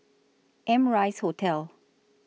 Amrise Hotel